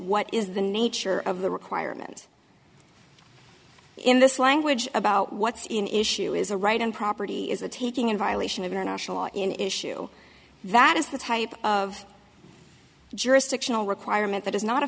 what is the nature of the requirement in this language about what's in issue is a right and property is a taking in violation of international law in issue that is the type of jurisdictional requirement that is not a